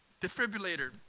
defibrillator